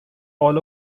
all